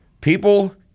people